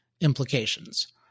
implications